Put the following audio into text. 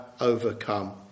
overcome